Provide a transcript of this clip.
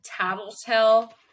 tattletale